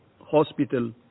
hospital